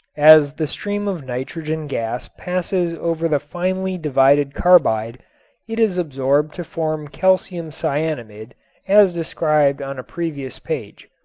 as the stream of nitrogen gas passes over the finely divided carbide it is absorbed to form calcium cyanamid as described on a previous page.